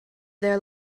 there